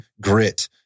Grit